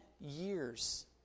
years